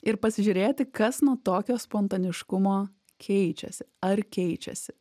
ir pasižiūrėti kas nuo tokio spontaniškumo keičiasi ar keičiasi